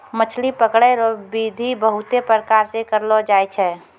मछली पकड़ै रो बिधि बहुते प्रकार से करलो जाय छै